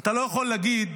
אתה לא יכול להגיד